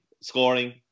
scoring